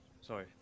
sorry